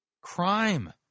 crime